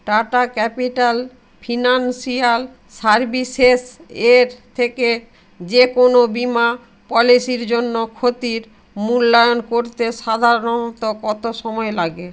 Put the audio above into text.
tata Capital Financial Services এর থেকে যেকোনও বীমা পলিসির জন্য ক্ষতির মূল্যায়ন করতে সাধারণত কত সময় লাগে